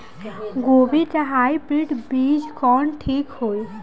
गोभी के हाईब्रिड बीज कवन ठीक होई?